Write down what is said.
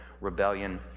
rebellion